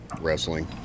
wrestling